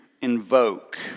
invoke